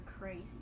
crazy